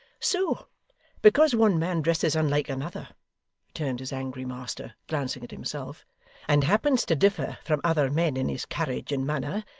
so because one man dresses unlike another returned his angry master, glancing at himself and happens to differ from other men in his carriage and manner,